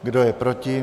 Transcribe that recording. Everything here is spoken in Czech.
Kdo je proti?